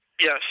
Yes